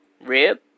rib